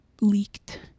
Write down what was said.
leaked